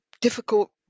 difficult